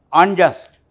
unjust